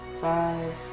five